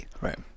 Right